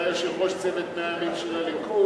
היה יושב-ראש צוות 100 הימים של הליכוד,